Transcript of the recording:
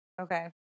Okay